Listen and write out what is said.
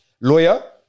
Lawyer